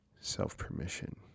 self-permission